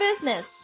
business